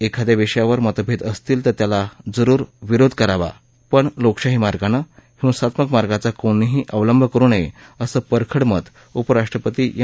एखाद्या विषयावर मतभद असतील तर त्याला जरूर विरोध करावा पण लोकशाही मार्गानं हिसात्मक मार्गांचा कोणीही अवलंब करू नय असं परखड मत उपराष्ट्रपती एम